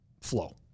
flow